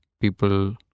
people